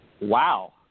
Wow